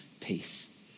peace